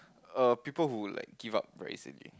err people who like give up very easily